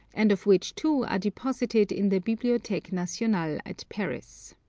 and of which two are deposited in the bibliotheque nationale at paris.